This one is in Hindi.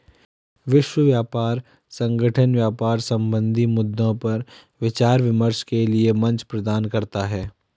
विश्व व्यापार संगठन व्यापार संबंधी मद्दों पर विचार विमर्श के लिये मंच प्रदान करता है